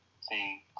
See